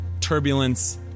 Turbulence